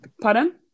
Pardon